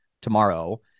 tomorrow